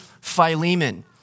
Philemon